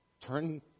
Turn